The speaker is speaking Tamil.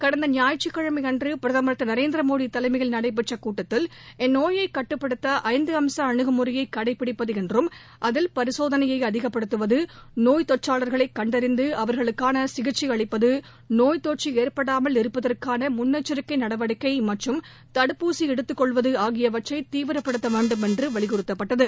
கடந்த ஞாயிற்றுக்கிழமை அன்று பிரதமர் திரு நரேந்திர மோடி தலைமையில் நடைபெற்ற கூட்டத்தில் இந்நோயை கட்டுப்படுத்த ஐந்தாம் கட்ட அணுகுமுறையை கடைப்பிடிப்பது என்றும் அதில் பரிசோதனையை அதிகப்படுத்துவது நோய் தொற்றாளர்களை கண்டறிந்து அவர்களுக்கான சிகிச்சை அளிப்பது நோய் தொற்று ஏற்படாமல் இருப்பதற்கான முன்னெச்சரிக்கை நடவடிக்கை மற்றும் தடுப்பூசி எடுத்துக்கொள்வது ஆகியவற்றை தீவிரப்படுத்த வேண்டுமென்று வலியுறுத்தப்பட்டது